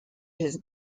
his